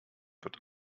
wird